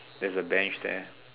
there's a bench there